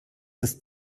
ist